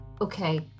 okay